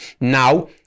Now